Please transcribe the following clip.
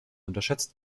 unterschätzt